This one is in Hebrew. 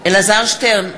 אלעזר שטרן,